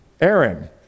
Aaron